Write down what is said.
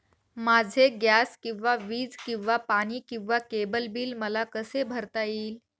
माझे गॅस किंवा वीज किंवा पाणी किंवा केबल बिल मला कसे भरता येईल?